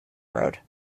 road